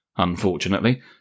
Unfortunately